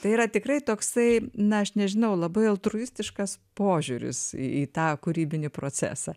tai yra tikrai toksai na aš nežinau labai altruistiškas požiūris į tą kūrybinį procesą